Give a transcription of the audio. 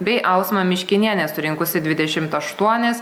bei ausma miškinienė surinkusi dvidešimt aštuonis